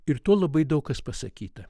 ir tuo labai daug kas pasakyta